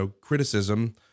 criticism